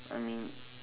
I mean